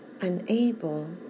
unable